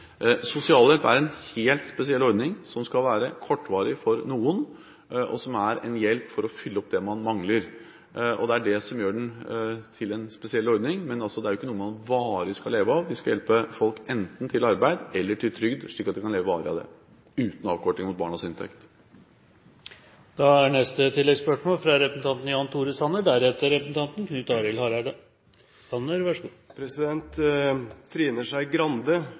Sosialhjelp er en helt spesiell ordning, som skal være kortvarig for noen, og som er en hjelp for å fylle opp det man mangler. Det er det som gjør den til en spesiell ordning. Dette er altså ikke noe man varig skal leve av; det skal hjelpe folk enten til arbeid eller til trygd, slik at man kan leve varig av det, uten avkorting i barnas inntekt.